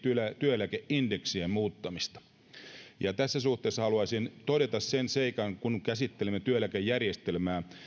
työeläkeindeksien muuttamista tässä suhteessa haluaisin todeta sen seikan kun käsittelemme työeläkejärjestelmää